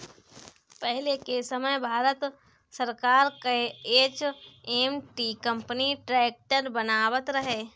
पहिले के समय भारत सरकार कअ एच.एम.टी कंपनी ट्रैक्टर बनावत रहे